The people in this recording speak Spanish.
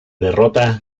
derrota